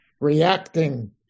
reacting